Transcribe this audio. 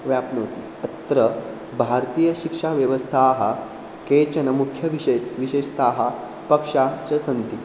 व्याप्नोति अत्र भारतीयशिक्षाव्यवस्थाः केचन मुख्यविशेषः विशेषताः पक्षाः च सन्ति